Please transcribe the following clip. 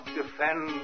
defend